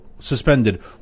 suspended